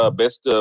best